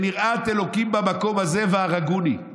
"אין יראת אלֹהים במקום הזה והרגוני".